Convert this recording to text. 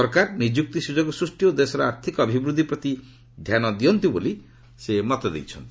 ସରକାର ନିଯୁକ୍ତି ସୁଯୋଗ ସୃଷ୍ଟି ଓ ଦେଶର ଆର୍ଥିକ ଅଭିବୃଦ୍ଧି ପ୍ରତି ଧ୍ୟାନ ଦିଅନ୍ତ ବୋଲି ସେ ମତ ଦେଇଛନ୍ତି